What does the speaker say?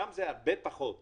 שם זה הרבה פחות קשה,